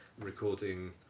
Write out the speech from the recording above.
recording